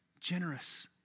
generous